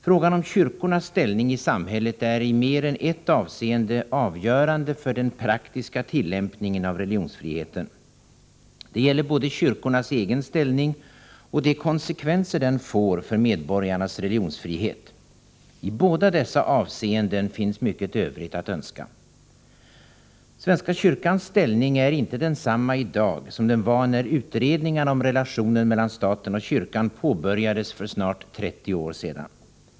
Frågan om kyrkornas ställning i samhället är i mer än ett avseende avgörande för den praktiska tillämpningen av religionsfriheten. Det gäller både kyrkornas egen ställning och de konsekvenser den får för medborgarnas religionsfrihet. I båda dessa avseenden finns mycket övrigt att önska. Svenska kyrkans ställning är inte densamma i dag som den var när utredningarna om relationerna mellan staten och kyrkan påbörjades för snart 30 år sedan.